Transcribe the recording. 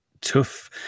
tough